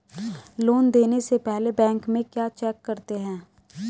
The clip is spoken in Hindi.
लोन देने से पहले बैंक में क्या चेक करते हैं?